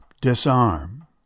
disarm